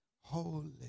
holy